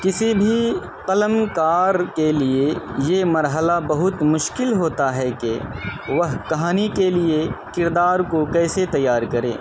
کسی بھی قلمکار کے لیے یہ مرحلہ بہت مشکل ہوتا ہے کہ وہ کہانی کے لیے کردار کو کیسے تیار کرے